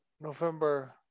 November